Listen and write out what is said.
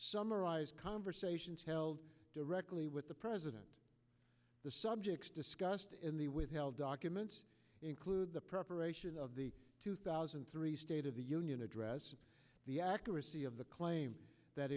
summarized conversations held directly with the president the subjects discussed in the withheld documents include the preparation of the two thousand and three state of the union address the accuracy of the claim that